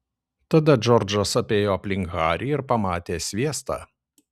tada džordžas apėjo aplink harį ir pamatė sviestą